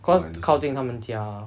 cause 靠近他们家